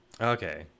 Okay